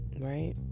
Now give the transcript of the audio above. right